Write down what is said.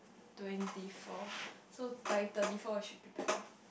twenty four so by thirty four we should be back lah